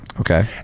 Okay